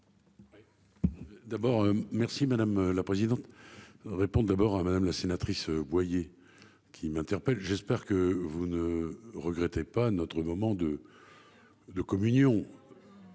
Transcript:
D'abord, merci madame la présidente. Répondent d'abord à Madame la sénatrice Boyer qui m'interpelle, j'espère que vous ne regrettez pas notre moment de. De communion.